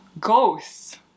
ghosts